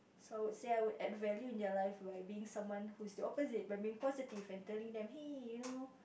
so I would say I would add value in their life by being someone who's the opposite by being positive and telling them hey you know